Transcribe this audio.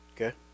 Okay